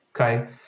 okay